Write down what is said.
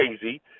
crazy